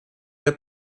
der